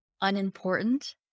unimportant